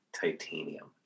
titanium